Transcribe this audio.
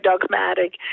dogmatic